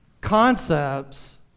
Concepts